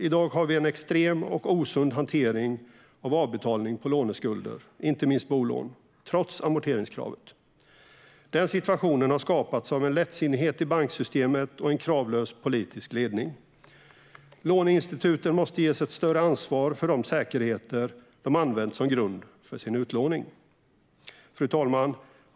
I dag har vi en extrem och osund hantering av avbetalning av låneskulder, inte minst bolån, trots amorteringskravet. Den situationen har skapats av en lättsinnighet i banksystemet och en kravlös politisk ledning. Låneinstituten måste ges ett större ansvar för de säkerheter de använt som grund för sin utlåning. Fru talman!